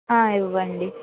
ఇవ్వండి